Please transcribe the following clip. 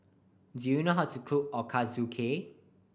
do you know how to cook Ochazuke